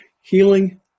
healing